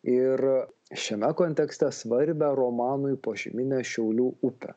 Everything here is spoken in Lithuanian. ir šiame kontekste svarbią romanui požeminę šiaulių upę